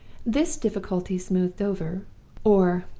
this difficulty smoothed over or,